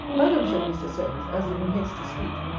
madam, said mr. solmes, as if in haste to speak,